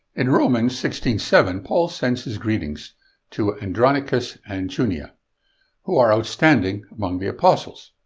in romans sixteen seven, paul sends his greetings to andronicus and junia who are outstanding among the apostles.